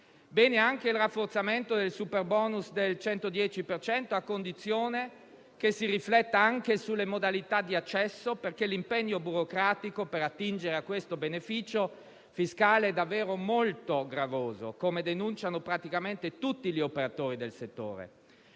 Bene anche il rafforzamento del superbonus del 110 per cento a condizione che si rifletta anche sulle modalità di accesso perché l'impegno burocratico per attingere a questo beneficio fiscale è davvero molto gravoso, come denunciano praticamente tutti gli operatori del settore.